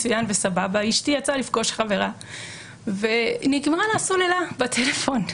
אשתי יצאה לפגוש חברה ונגמרה לה הסוללה בטלפון.